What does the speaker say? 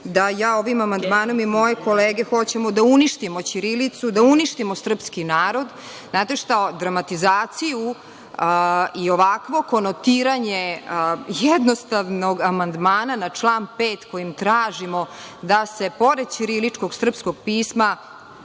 da ja ovim amandmanom i moje kolege hoćemo da uništimo ćirilicu, da uništimo srpski narod. Znate šta, dramatizaciju i ovakvo konotiranje jednostavnog amandmana na član 5. kojim tražimo da se pored ćiriličnog srpskog pisma